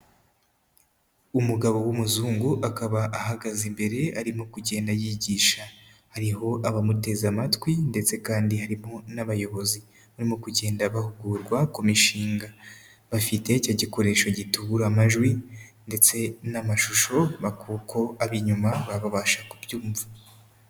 Umugabo w'umuzungu akaba ahagaze imbere arimo kugenda yigisha, hariho abamuteze amatwi ndetse kandi harimo n'abayobozi barimo kugenda bahugurwa ku mishinga, bafite cya gikoresho gitubura amajwi ndetse n'amashusho kuko ab'inyuma baba babasha kubyumva.